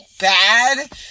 bad